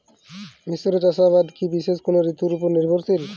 মিশ্র চাষাবাদ কি বিশেষ কোনো ঋতুর ওপর নির্ভরশীল?